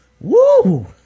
Woo